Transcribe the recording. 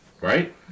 right